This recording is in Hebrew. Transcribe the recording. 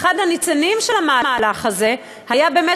ואחד הניצנים של המהלך הזה היה באמת